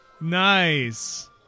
Nice